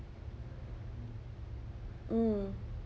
mm